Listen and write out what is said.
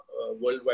worldwide